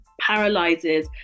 paralyzes